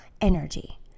energy